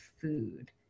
food